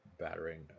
battering